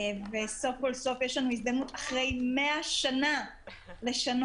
סוף כל סוף יש לנו הזדמנות אחרי 100 שנה לשנות